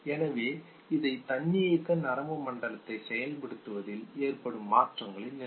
எனவே இவை தன்னியக்க நரம்பு மண்டலத்தை செயல்படுத்துவதில் ஏற்படும் மாற்றங்களின் நிலை